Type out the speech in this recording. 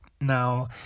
Now